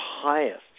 highest